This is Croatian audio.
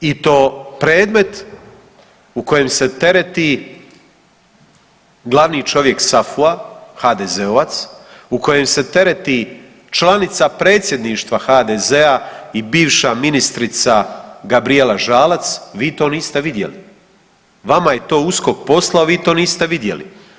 I to predmet u kojem se tereti glavni čovjek SAFU-a HDZ-ovac, u kojem se tereti članica predsjedništva HDZ-a i bivša ministrica Gabrijela Žalac, vi to niste vidjeli, vama je to USKOK poslao vi to niste vidjeli.